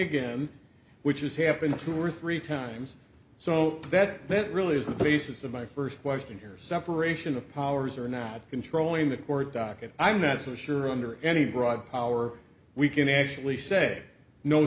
again which is happening to or three times so that that really is the basis of my first question here separation of powers are now controlling the court docket i'm not so sure under any broad power we can actually say no